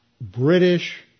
British